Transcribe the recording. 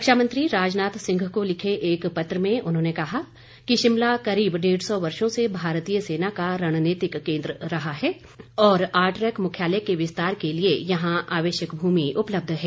रक्षामंत्री राजनाथ सिंह को लिखे एक पत्र में उन्होंने कहा कि शिमला करीब डेढ़ सौ वर्षों से भारतीय सेना का रणनीतिक केंद्र रहा है और आरट्रैक मुख्यालय के विस्तार के लिये यहां आवश्यक भूमि उपलब्ध है